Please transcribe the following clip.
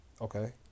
okay